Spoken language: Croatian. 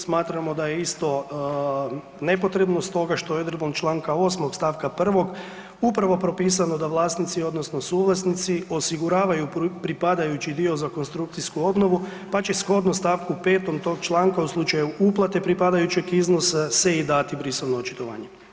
Smatramo da je isto nepotrebno stoga što odredbom čl. 8. st. 1. upravo propisano da vlasnici odnosno suvlasnici osiguravaju pripadajući dio za konstrukcijsku obnovu pa će shodno st. 5. tog članka u slučaju uplate pripadajućeg iznosa se i dati brisano očitovanje.